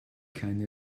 keine